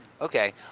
Okay